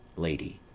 lady.